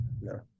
No